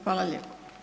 Hvala lijepo.